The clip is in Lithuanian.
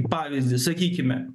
pavyzdį sakykime